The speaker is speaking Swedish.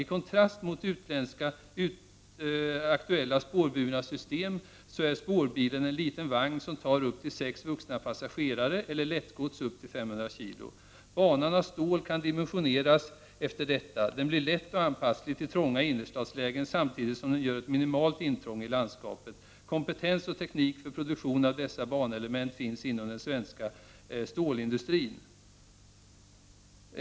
I kontrast mot aktuella utländska spårburna system är spårbilen en liten vagn som tar upp till sex vuxna passagerare eller lättgods upp till 500 kg. Banan av stål kan dimen sioneras efter detta; den blir lätt och anpasslig till trånga innerstadslägen samtidigt som den gör ett minimalt intrång i landskapet. Kompetens och teknik för produktion av dessa banelement finns inom den svenska stålindustrin.